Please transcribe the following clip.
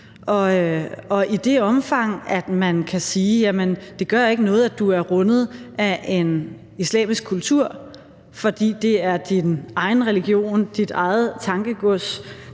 Og i det omfang, at man kan sige, at det ikke gør noget, at du er rundet af en islamisk kultur, for det er din egen religion, og det er dit eget tankegods,